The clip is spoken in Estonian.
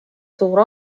suur